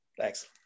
Thanks